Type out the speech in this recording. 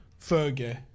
Fergie